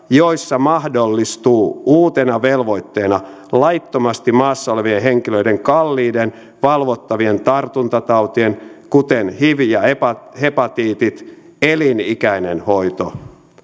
joissa mahdollistuu uutena velvoitteena laittomasti maassa olevien henkilöiden kalliiden valvottavien tartuntatautien kuten hiv ja hepatiitit hepatiitit elinikäinen hoito